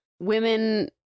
Women